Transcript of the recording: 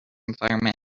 environment